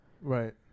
Right